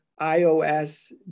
iOS